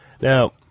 Now